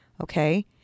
Okay